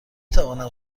توانم